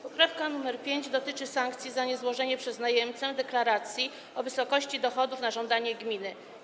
Poprawka nr 5 dotyczy sankcji za niezłożenie przez najemcę deklaracji o wysokości dochodów na żądanie gminy.